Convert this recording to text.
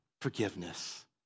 forgiveness